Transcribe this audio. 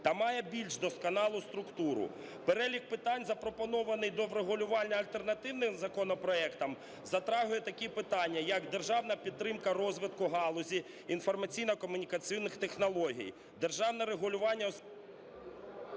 та має більш досконалу структуру. Перелік питань, запропонований до врегулювання альтернативним законопроектом, затрагивает такі питання, як державна підтримка розвитку галузі інформаційно-комунікаційних технологій. Державне регулювання…